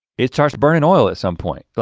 it starts burning oil at some point. but